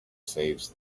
saves